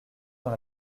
dans